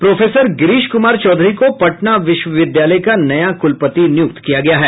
professor Girish Kumar Chaudhary को पटना विश्वविद्यालय का नया कुलपति नियुक्त किया गया है